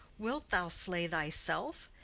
wilt thou slay thyself?